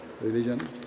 religion